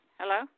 hello